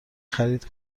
خرید